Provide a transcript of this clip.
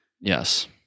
Yes